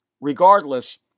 regardless